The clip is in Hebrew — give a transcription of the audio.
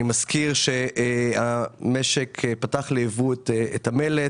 אני מזכיר שהמשק פתח לייבוא את המלט.